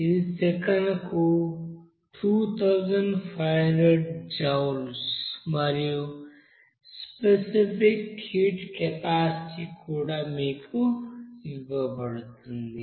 ఇది సెకనుకు 2500 జూల్ మరియు స్పెసిఫిక్ హీట్ కెపాసిటీ కూడా మీకు ఇవ్వబడుతుంది